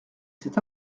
cet